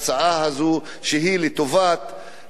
שהיא לטובת הרפואה,